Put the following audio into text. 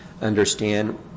understand